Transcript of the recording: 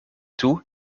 toe